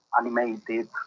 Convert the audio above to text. animated